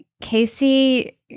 Casey